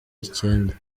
icyenda